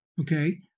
Okay